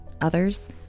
others